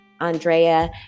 Andrea